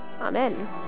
Amen